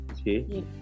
Okay